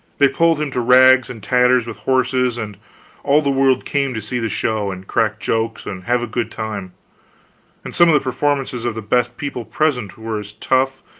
they pulled him to rags and tatters with horses, and all the world came to see the show, and crack jokes, and have a good time and some of the performances of the best people present were as tough,